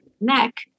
neck